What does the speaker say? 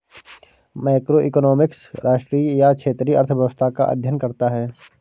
macroeconomics राष्ट्रीय या क्षेत्रीय अर्थव्यवस्था का अध्ययन करता है